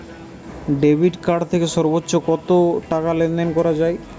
Debit card থেকে সর্বোচ্চ কত টাকা লেনদেন করা যাবে?